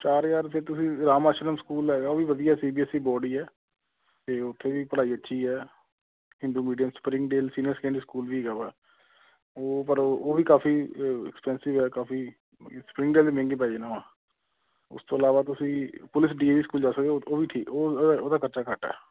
ਚਾਰ ਹਜ਼ਾਰ ਫਿਰ ਤੁਸੀਂ ਰਾਮ ਆਸ਼ਰਮ ਸਕੂਲ ਲੈ ਜਾਓ ਉਹ ਵੀ ਵਧੀਆ C B S E board ਹੀ ਹੈ ਤੇ ਉੱਥੇ ਵੀ ਪੜ੍ਹਾਈ ਅੱਛੀ ਹੈ Hindi medium Spring Dale Senior Secondary School ਵੀ ਹੈਗਾ ਵਾ ਉਹ ਪਰ ਉਹ ਵੀ ਕਾਫ਼ੀ ਐਕਸਪੈਂਸਿਵ ਹੈ ਕਾਫ਼ੀ ਮਹਿੰਗੇ ਪੈ ਜਾਣਾ ਵਾ ਉਸ ਤੋਂ ਇਲਾਵਾ ਤੁਸੀਂ police D A V school ਜਾ ਸਕਦੇ ਹੋ ਉਹ ਵੀ ਠੀਕ ਉਹ ਉਹਦਾ ਖਰਚਾ ਘੱਟ ਹੈ